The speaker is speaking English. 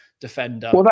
defender